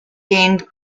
gained